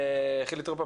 חילי טרופר,